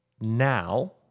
now